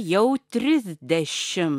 jau trisdešim